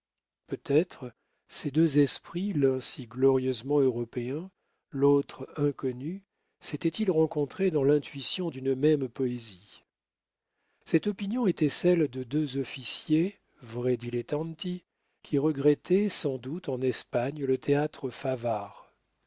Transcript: peut-être ces deux esprits l'un si glorieusement européen l'autre inconnu s'étaient-ils rencontrés dans l'intuition d'une même poésie cette opinion était celle de deux officiers vrais dilettanti qui regrettaient sans doute en espagne le théâtre